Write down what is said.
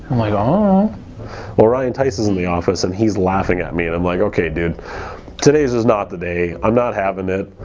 like ah well ryan is in the office and he's laughing at me and i'm like okay dude today's is not the day i'm not having it.